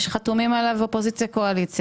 כי זה חוק שחתומים עליו אופוזיציה וקואליציה.